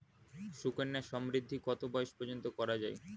সুকন্যা সমৃদ্ধী কত বয়স পর্যন্ত করা যায়?